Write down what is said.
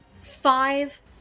five